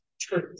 truth